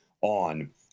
on